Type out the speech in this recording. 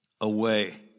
away